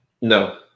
no